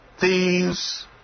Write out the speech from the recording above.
thieves